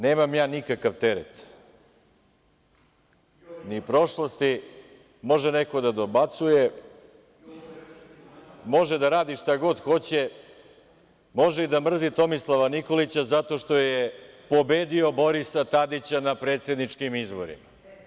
Nemam ja nikakav teret ni prošlosti, može neko da dobacuje, može da radi šta god hoće, može i da mrzi Tomislava Nikolića zato što je pobedio Borisa Tadića na predsedničkim izborima.